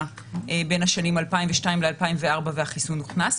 בין השנים 2002 ל-2004 כשהחיסון הוכנס.